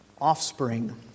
offspring